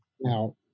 Now